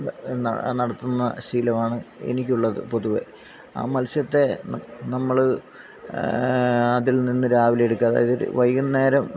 ന നടത്തുന്ന ശീലമാണ് എനിക്കുള്ളത് പൊതുവെ ആ മത്സ്യത്തെ നമ്മള് അതിൽനിന്ന് രാവിലെ എടുക്കും അതായത് വൈകുന്നേരം